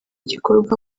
gikorwa